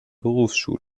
berufsschule